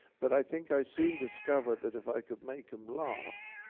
but i think i soon discovered that if i could make them laugh,